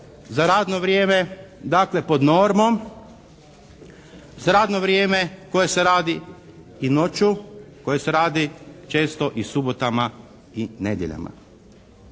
za radno vrijeme, dakle, pod normom, za radno vrijeme koje se radi i noću, koje se radi često i subotama i nedjeljama.